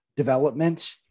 Development